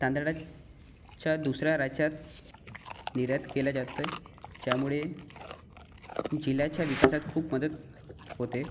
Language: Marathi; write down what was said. तांदळात ज्या दुसऱ्या राज्यात निर्यात केल्या जाते ज्यामुळे जिल्ह्याच्या विकासात खूप मदत होते